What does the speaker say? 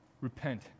Repent